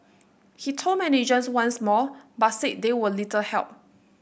he told managers once more but said they were little help